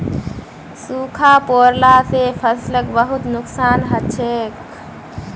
सूखा पोरला से फसलक बहुत नुक्सान हछेक